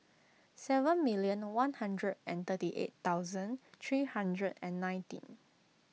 seven million one hundred and thirty eight thousand three hundred and nineteen